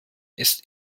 ist